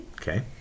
Okay